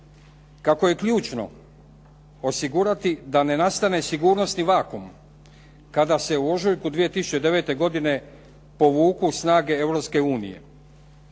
kako je ključno osigurati da ne nastane sigurnosni vakuum kada se u ožujku 2009. godine povuku snage